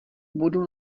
budu